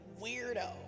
weirdo